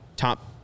Top